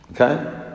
Okay